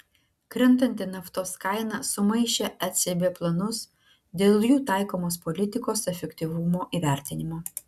krentanti naftos kaina sumaišė ecb planus dėl jų taikomos politikos efektyvumo įvertinimo